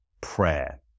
prayer